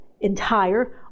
entire